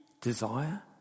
desire